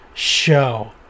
Show